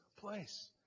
place